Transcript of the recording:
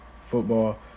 football